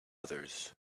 others